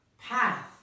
path